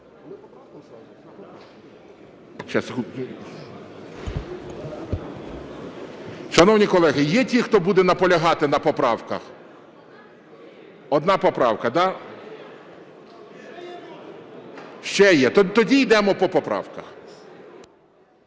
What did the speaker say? Шановні колеги, є ті, хто буде наполягати на поправках? Одна поправка, да? Ще є. Тоді йдемо по поправках.